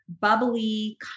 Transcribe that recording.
bubbly